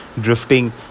drifting